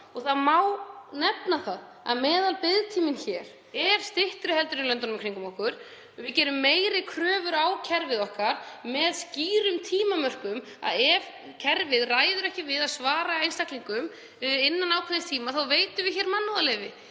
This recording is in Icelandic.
Það má nefna að meðalbiðtíminn hér er styttri en í löndunum í kringum okkur. Við gerum meiri kröfur á kerfið okkar með skýrum tímamörkum. Ef kerfið ræður ekki við að svara einstaklingum innan ákveðins tíma veitum við mannúðarleyfi.